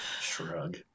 Shrug